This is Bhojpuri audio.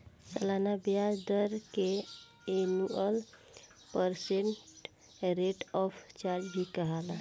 सलाना ब्याज दर के annual percent rate of charge भी कहाला